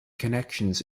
connections